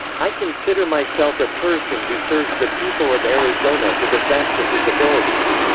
i consider myself a person who serves the people of arizona to the best of his abilities.